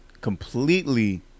completely